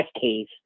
case